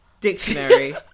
Dictionary